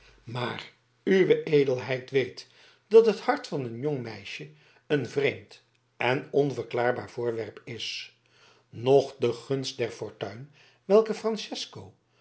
maar uwe edelheid weet dat het hart van een jong meisje een vreemd en onverklaarbaar voorwerp is noch de gunst der fortuin welke francesco